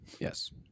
yes